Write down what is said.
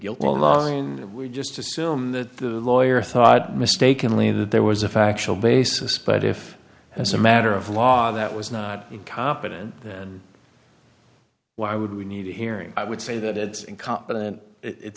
guilty and we just assume that the lawyer thought mistakenly that there was a factual basis but if as a matter of law that was not incompetent and why would we need a hearing i would say that it's i